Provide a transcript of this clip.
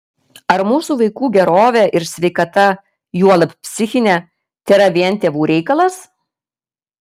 ar mūsų vaikų gerovė ir sveikata juolab psichinė tėra vien tėvų reikalas